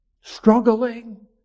Struggling